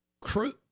Crew